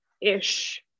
ish